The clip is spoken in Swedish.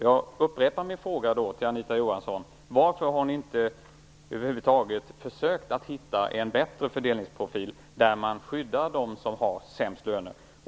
Jag upprepar min fråga till Anita Johansson: Varför har ni inte över huvud taget försökt hitta en bättre fördelningsprofil, där man skyddar dem som har sämst löner?